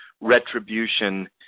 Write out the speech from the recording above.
retribution